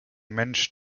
mensch